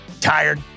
Tired